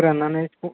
फोराननानै